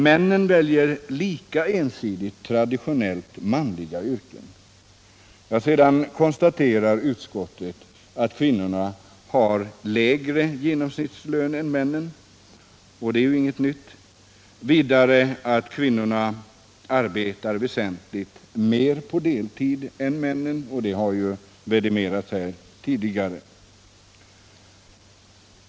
Männen väljer lika ensidigt traditionellt manliga yrken.” Sedan konstaterar utskottet att kvinnorna på arbetsmarknaden har lägre genomsnittslön än männen —- det är ju inget nytt — och vidare att kvinnorna arbetar väsentligt mer på deltid än männen — och även detta har ju vidimerats här tidigare.